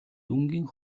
дүнгийн